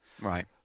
Right